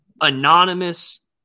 anonymous